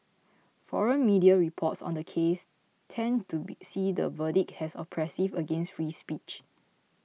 foreign media reports on the case tend to be see the verdict as oppressive against free speech